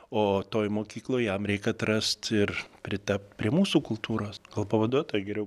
o toj mokykloj jam reik atrast ir pritapt prie mūsų kultūros gal pavaduota geriau